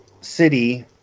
city